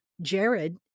Jared